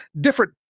different